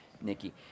Nikki